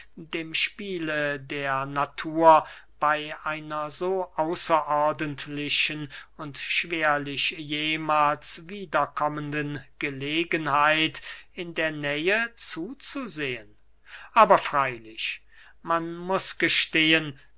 dem spiele der natur bey einer so außerordentlichen und schwerlich jemahls wiederkommenden gelegenheit in der nähe zuzusehen aber freylich man muß gestehen